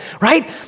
right